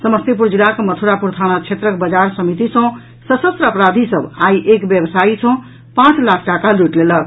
समस्तीपुर जिलाक मथुरापुर थाना क्षेत्रक बाजार समिति सँ सशस्त्र अपराधी सभ आई एक व्यवसायी सँ पांच लाख टाका लूटि लेलक